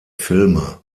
filme